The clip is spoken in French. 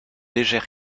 légère